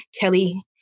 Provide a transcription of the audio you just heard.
Kelly